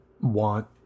want